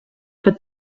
but